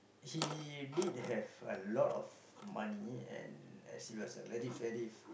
he did have a lot of money and he was a very ready full